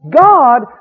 God